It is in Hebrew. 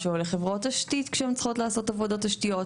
שלו לחברות תשתית כשהן צריכות לעשות עבודות תשתיות.